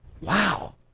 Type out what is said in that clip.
Wow